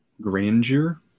grandeur